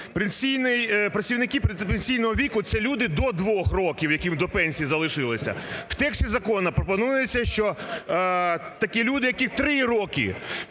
Працівники передпенсійного віку, це люди, до двох років яким до пенсії залишилось, в тексті закону пропонується, що такі люди, яким три роки.